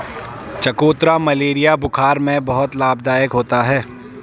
चकोतरा मलेरिया बुखार में बहुत लाभदायक होता है